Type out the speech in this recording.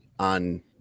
On